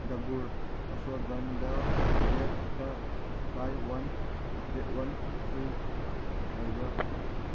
ꯗꯥꯕꯨꯔ ꯑꯁ꯭ꯋꯥꯒꯟꯙꯥ ꯇꯦꯕ꯭ꯂꯦꯠꯇ buy one get one free ꯂꯩꯕ꯭ꯔꯥ